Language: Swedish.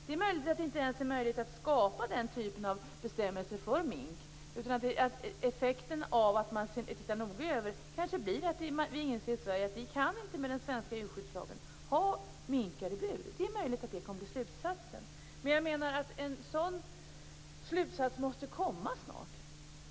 Det är möjligt att det inte går att skapa den typen av bestämmelser för mink, utan effekten av en översyn kan bli att vi i Sverige inser att vi med den svenska djurskyddslagen inte kan hålla minkar i bur. Det är möjligt att det blir slutsatsen. En sådan slutsats måste komma snart.